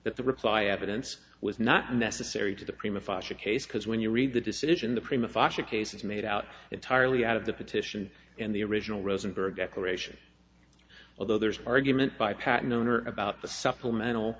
that the reply evidence was not necessary to the prima fascia case because when you read the decision the prima fascia case is made out entirely out of the petition and the original rosenberg declaration although there is argument by patent owner about the supplemental